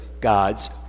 God's